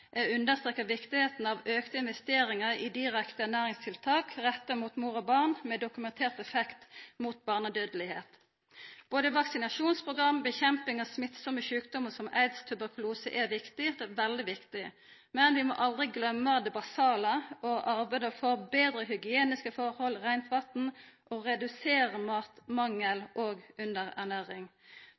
av auka investeringar i direkte ernæringstiltak retta mot mor og barn, med dokumentert effekt mot barnedødelegheit. Både vaksinasjonsprogram og kampen mot smittsame sjukdommar som aids og tuberkulose er veldig viktig, men vi må aldri gløyma det basale – å arbeida for betre hygieniske tilhøve, reint vatn og å redusera matmangel og underernæring.